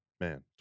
Man